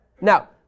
Now